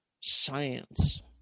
science